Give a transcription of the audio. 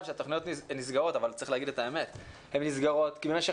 שהתכניות נסגרות אבל צריך להגיד את האמת: הן נסגרות כי במשך